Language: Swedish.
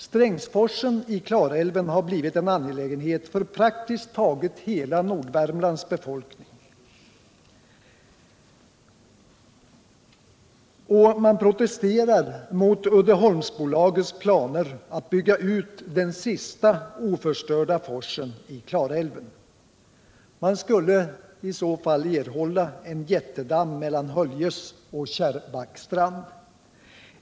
Strängsforsen i Klarälven har blivit en angelägenhet för praktiskt taget hela Nordvärmlands befolkning, och man protesterar mot Uddeholmsbolagets planer att bygga ut den sista oförstörda forsen i Klarälven. Man skulle i så fall erhålla en jättedamm mellan Höljes och Kärrbackstrand.